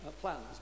plans